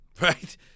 right